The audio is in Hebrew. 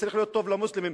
שצריך להיות טוב למוסלמים,